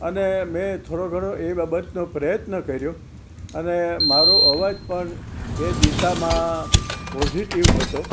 અને મેં થોડો ઘણો એ બાબતનો પ્રયત્ન કર્યો અને મારો અવાજ પણ એ દિશામાં પોઝીટિવ હતો